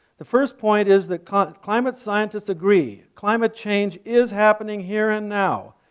the first point is that kind of climate scientists agree, climate change is happening here and now.